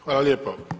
Hvala lijepo.